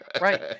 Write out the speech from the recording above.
Right